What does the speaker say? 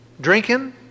Drinking